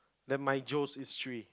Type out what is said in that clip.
the Migos is three